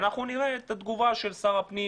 ואנחנו נראה את התגובה של שר הפנים,